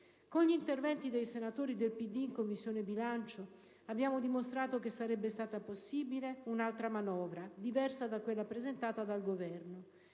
Con gli interventi dei senatori del Partito Democratico in Commissione bilancio abbiamo dimostrato che sarebbe stata possibile un'altra manovra, diversa da quella presentata dal Governo.